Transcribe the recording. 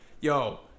Yo